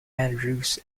andrews